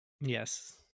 Yes